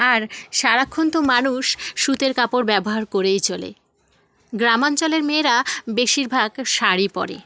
আর সারাক্ষণ তো মানুষ সুতির কাপড় ব্যবহার করেই চলে গ্রাম অঞ্চলের মেয়েরা বেশিরভাগ শাড়ি পরে